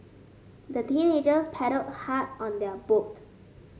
the teenagers paddled hard on their boat